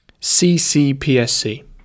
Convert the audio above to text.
CCPSC